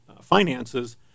finances